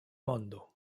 mondo